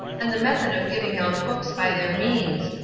and the method of giving out books by their means,